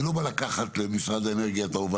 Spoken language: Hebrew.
אני לא בא לקחת למשרד האנרגיה את ההובלה,